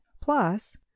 plus